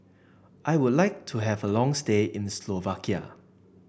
I would like to have a long stay in Slovakia